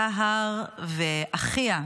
סהר ואחיה,